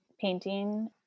painting